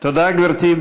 תודה, גברתי.